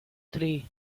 three